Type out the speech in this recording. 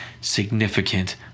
significant